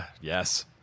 yes